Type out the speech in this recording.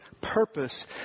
purpose